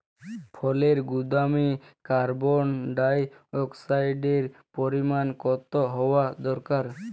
ফলের গুদামে কার্বন ডাই অক্সাইডের পরিমাণ কত হওয়া দরকার?